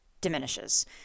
diminishes